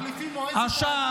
אנחנו מחליפים --- תאגיד.